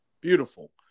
Beautiful